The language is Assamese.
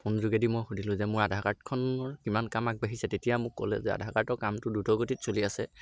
ফোন যোগেদি মই সুধিলোঁ মোৰ আধাৰ কাৰ্ডখন কিমান কাম আগবাঢ়িছে তেতিয়া মোক ক'লে যে আধাৰ কাৰ্ডৰ কামটো দ্ৰুত গতিত চলি আছে